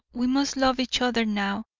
we must love each other now,